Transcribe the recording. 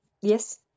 Yes